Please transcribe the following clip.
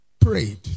prayed